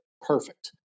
perfect